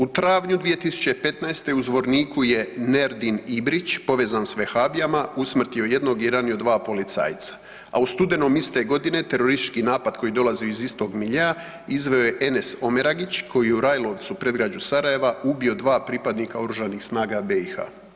U travnju 2015. u Zvorniku je Nerdin Ibrić povezan s vehabijama usmrtio jednog i ranio 2 policajca, a u studenom iste godine teroristički napad koji dolazi iz istog miljea izveo je Enes Omeragić koji je u Rajlovcu, predgrađu Sarajeva, ubio 2 pripadnika Oružanih snaga BiH.